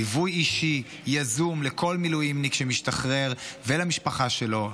ליווי אישי יזום לכל מילואימניק שמשתחרר ולמשפחה שלו,